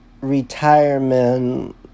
retirement